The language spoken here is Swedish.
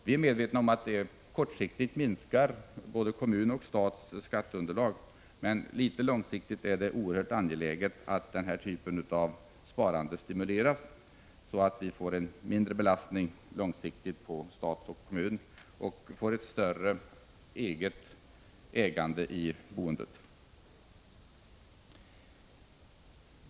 Vi är medvetna om att vi med detta kortsiktigt minskar skatteunderlaget för kommunerna och staten. Men långsiktigt är det oerhört angeläget att denna typ av sparande stimuleras, så att vi på lång sikt får mindre belastning på stat och kommun och får större eget ägande i boendet.